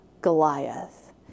Goliath